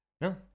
No